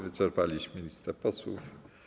Wyczerpaliśmy listę posłów.